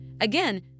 Again